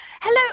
Hello